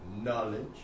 knowledge